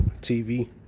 TV